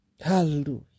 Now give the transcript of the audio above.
Hallelujah